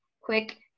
quick